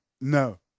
No